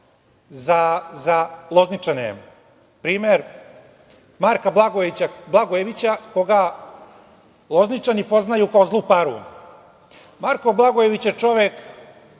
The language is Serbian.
za Lozničane. Primer Marka Blagojevića koga Lozničani poznaju kao zlu paru. Marko Blagojević je čovek